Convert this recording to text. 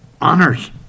honors